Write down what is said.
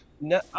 No